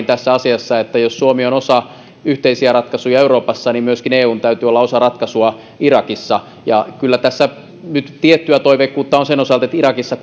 tässä asiassa että jos suomi on osa yhteisiä ratkaisuja euroopassa niin myöskin eun täytyy olla osa ratkaisua irakissa ja kyllä tässä nyt tiettyä toiveikkuutta on sen osalta että irakissa